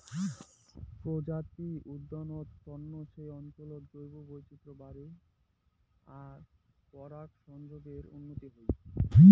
প্রজাপতি উদ্যানত তন্ন সেই অঞ্চলত জীববৈচিত্র বাড়ে আর পরাগসংযোগর উন্নতি হই